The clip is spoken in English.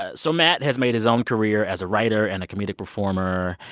ah so matt has made his own career as a writer and a comedic performer.